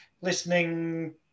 listening